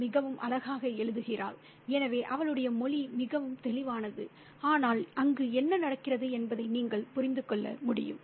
அவள் மிகவும் அழகாக எழுதுகிறாள் எனவே அவளுடைய மொழி மிகவும் தெளிவானது ஆனால் அங்கு என்ன நடக்கிறது என்பதை நீங்கள் புரிந்து கொள்ள முடியும்